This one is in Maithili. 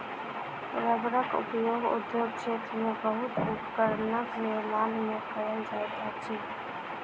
रबड़क उपयोग उद्योग क्षेत्र में बहुत उपकरणक निर्माण में कयल जाइत अछि